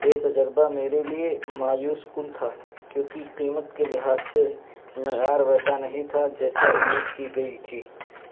یہ تجربہ میرے لیے مایوس کن تھا کیونکہ قیمت کے لحاظ سے معیار ویسا نہیں تھا جیسا امید کی گئی تھی